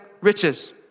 riches